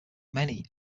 many